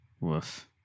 Woof